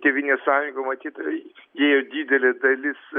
tėvynės sąjunga matyt ėjo didelė dalis